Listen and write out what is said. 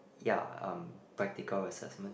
ya um practical assessment